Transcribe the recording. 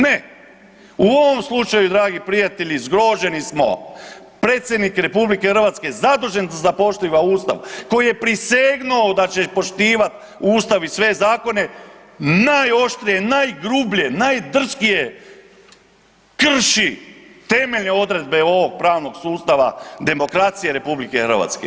Ne, u ovom slučaju dragi prijatelji, zgroženi smo, Predsjednik RH zadužen da poštiva Ustav, koji je prisegnuo da će poštivat Ustav i sve zakone, najoštrije, najgrublje, najdrskije krši temeljne odredbe ovog pravnog sustava demokracije RH.